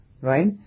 Right